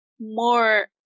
more